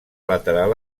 lateral